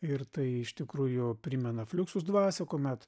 ir tai iš tikrųjų primena fliuksus dvasią kuomet